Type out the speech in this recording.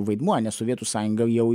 vaidmuo nes sovietų sąjunga jau